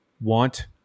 want